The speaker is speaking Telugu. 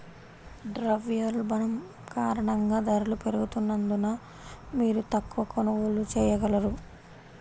ద్రవ్యోల్బణం కారణంగా ధరలు పెరుగుతున్నందున, మీరు తక్కువ కొనుగోళ్ళు చేయగలరు